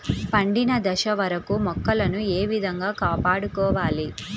పండిన దశ వరకు మొక్కలను ఏ విధంగా కాపాడుకోవాలి?